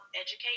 educate